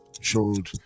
showed